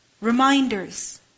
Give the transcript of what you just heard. Reminders